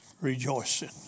rejoicing